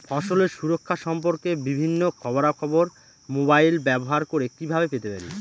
ফসলের সুরক্ষা সম্পর্কে বিভিন্ন খবরা খবর মোবাইল ব্যবহার করে কিভাবে পেতে পারি?